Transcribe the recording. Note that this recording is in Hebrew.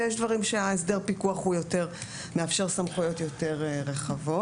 יש דברים שבהם הסדר הפיקוח מאפשר סמכויות יותר רחבות.